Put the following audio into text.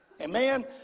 Amen